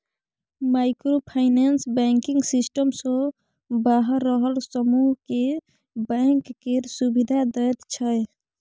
micro finance banking system सँ बाहर रहल समुह केँ बैंक केर सुविधा दैत छै